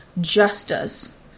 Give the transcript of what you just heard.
justice